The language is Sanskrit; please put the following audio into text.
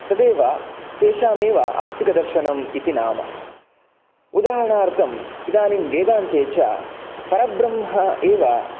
तदेव तेषामेव आस्तिकदर्शनम् इति नाम उदाहरणार्थम् इदानीं वेदान्ते च परब्रह्म एव